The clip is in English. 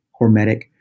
hormetic